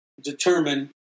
determine